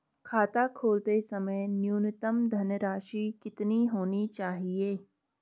खाता खोलते समय न्यूनतम धनराशि कितनी होनी चाहिए?